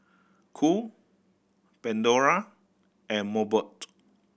Cool Pandora and Mobot